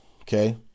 Okay